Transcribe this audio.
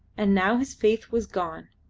and now his faith was gone,